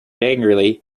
angrily